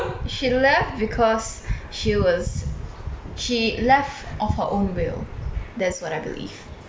she left because she was she left of her own will that's what I believe